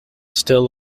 still